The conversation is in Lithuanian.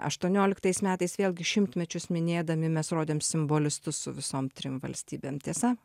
aštuonioliktais metais vėlgi šimtmečius minėdami mes rodėm simbolistus su visom trim valstybėm tiesa